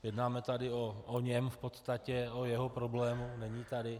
Jednáme tady o něm v podstatě, o jeho problému, není tady.